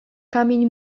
kamień